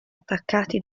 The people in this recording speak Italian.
attaccati